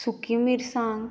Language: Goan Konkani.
सुकी मिरसांग